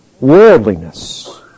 Worldliness